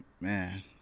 Man